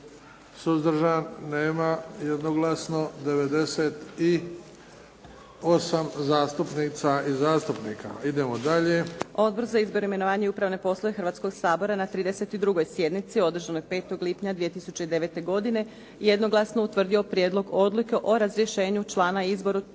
glasa. Idemo dalje. **Majdenić, Nevenka (HDZ)** Odbor za izbor, imenovanja i upravne poslove Hrvatskog sabora na 32. sjednici održanoj 5. lipnja 2009. godine jednoglasno je utvrdio prijedlog odluke o razrješenju člana Odbora